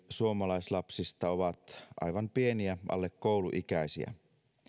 suomalaislapsista on aivan pieniä alle kouluikäisiä